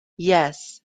yes